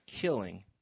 killing